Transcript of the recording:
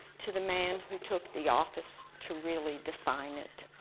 to the man who took the office to really define it.